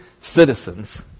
citizens